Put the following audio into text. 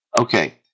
okay